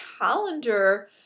calendar